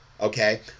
okay